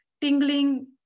tingling